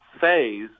phase